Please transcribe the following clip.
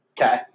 Okay